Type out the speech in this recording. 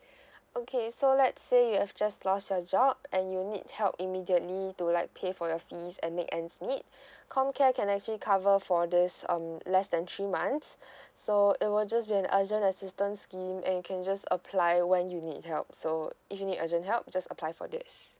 okay so let's say you have just lost your job and you need help immediately to like pay for your fees and make ends meet comcare can actually cover for this um less than three months so it will just be an urgent assistant scheme and you can just apply when you need help so if you need urgent help just apply for this